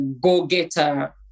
go-getter